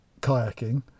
kayaking